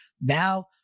now